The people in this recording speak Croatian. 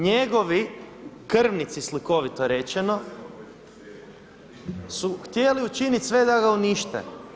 Njegovi krvnici slikovito rečeno su htjeli učiniti sve da ga unište.